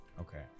Okay